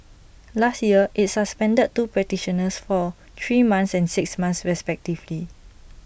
last year IT suspended two practitioners for three months and six months respectively